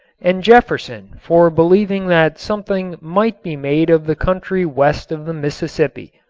and jefferson for believing that something might be made of the country west of the mississippi.